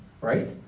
right